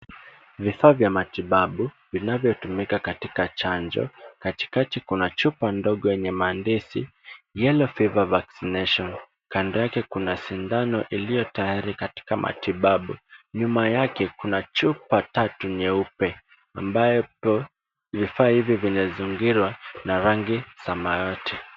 Vifaa vya matibabu vinavyotumika katika chanjo. Katikati kuna chupa ndogo yenye maandishi Yellow fever vaccination katikati kuna sindano iliyo tayari katika matibabu. Nyuma yake kuna chupa tatu nyeupe na vifaa hivi vinazingirwa na rangi ya samawati.